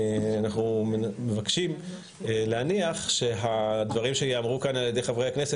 אנחנו מקווים שהדברים שייאמרו כאן על ידי חברי הכנסת